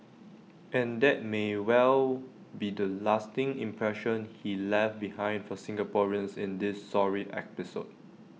and that may well be the lasting impression he left behind for Singaporeans in this sorry episode